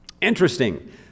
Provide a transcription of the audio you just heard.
Interesting